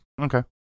Okay